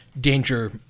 danger